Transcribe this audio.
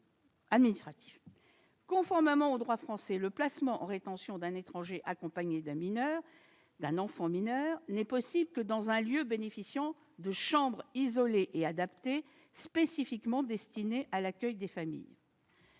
Conformément au droit français, le placement en rétention d'un étranger accompagné d'un enfant mineur n'est possible que dans un lieu bénéficiant de chambres isolées et adaptées, spécifiquement destinées à l'accueil des familles.